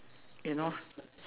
you know